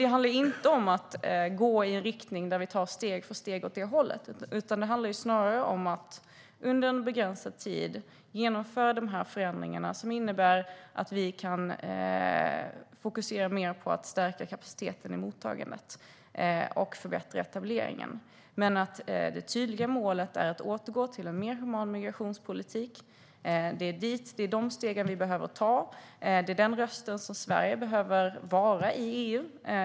Det handlar inte om att gå i en riktning och ta steg för steg åt det hållet, utan det handlar snarare om att under en begränsad tid genomföra förändringar som innebär att vi kan fokusera mer på att stärka kapaciteten i mottagandet och förbättra etableringen. Det tydliga målet är att återgå till en mer human migrationspolitik. Det är de stegen vi behöver ta. Det är den rösten som Sverige behöver vara i EU.